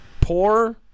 poor